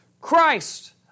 Christ